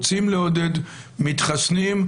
רוצים לעודד מתחסנים,